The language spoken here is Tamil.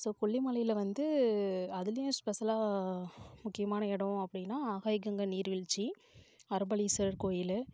ஸோ கொல்லிமலையில் வந்து அதிலையும் ஸ்பெஷல்லாக முக்கியமான இடம் அப்படினா ஹைகங்க நீர்வீழ்ச்சி அறப்பளீஸ்வரர் கோயில்